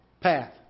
path